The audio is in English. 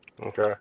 Okay